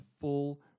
full